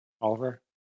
Oliver